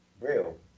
real